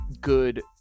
good